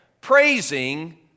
praising